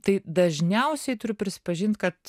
tai dažniausiai turiu prisipažint kad